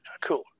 cool